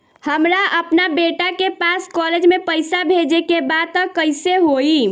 हमरा अपना बेटा के पास कॉलेज में पइसा बेजे के बा त कइसे होई?